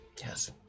Yes